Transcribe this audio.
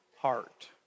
heart